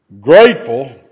grateful